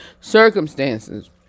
circumstances